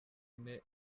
ine